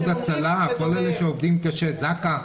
מה עם איחוד הצלה, כל אלה שעובדים קשה, זק"א?